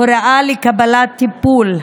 (הוראה לקבלת טיפול),